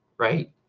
right